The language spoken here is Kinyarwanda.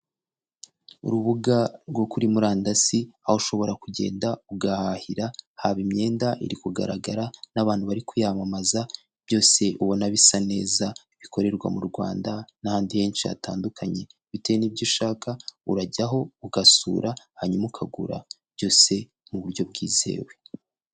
Urubuga rwo kuri murandasi aho ushobora kugenda ugahahira haba imyenda iri kugaragara n'abantu bari kuyamamaza, byose ubona bisa neza; bikorerwa mu Rwanda n'ahandi henshi hatandukanye. Bitewe n'ibyo ushaka, urajyaho ugasura hanyuma ukagura, byose mu buryo bwizewe.